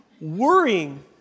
Worrying